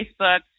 Facebook